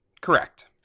correct